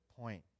point